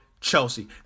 Chelsea